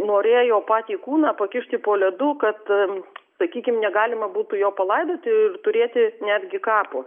norėjo patį kūną pakišti po ledu kad sakykim negalima būtų jo palaidoti ir turėti netgi kapo